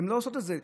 הן לא עושות את זה.